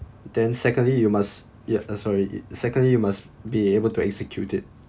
then secondly you must ya uh sorry secondly you must be able to execute it